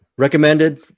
Recommended